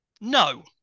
No